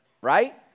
right